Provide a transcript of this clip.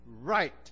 right